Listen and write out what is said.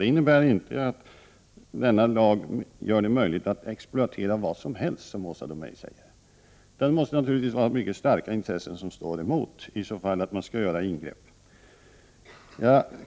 Det innebär inte att denna lag gör det möjligt att exploatera vad som helst, som Åsa Domeij säger. Det måste naturligtvis vara mycket starka intressen som står emot för att man skall göra ett ingrepp.